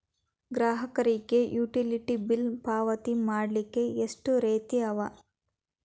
ಗ್ರಾಹಕರಿಗೆ utility bill ಪಾವತಿ ಮಾಡ್ಲಿಕ್ಕೆ ಎಷ್ಟ ರೇತಿ ಅವ?